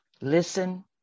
listen